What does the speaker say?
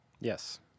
Yes